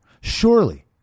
surely